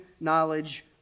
knowledge